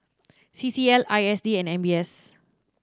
C C L I S D and M B S